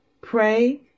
pray